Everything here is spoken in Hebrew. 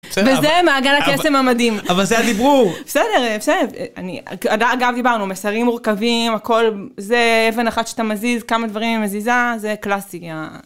זה מעגל הקסם המדהים אבל זה הדיבור בסדר בסדר אגב דיברנו מסרים מורכבים הכל זה אבן אחת שאתה מזיז כמה דברים היא מזיזה זה קלאסי.